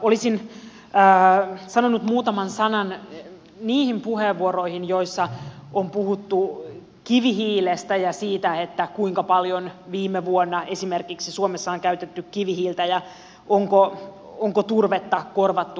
olisin sanonut muutaman sanan niihin puheenvuoroihin joissa on puhuttu kivihiilestä ja siitä kuinka paljon viime vuonna esimerkiksi suomessa on käytetty kivihiiltä ja onko turvetta korvattu kivihiilellä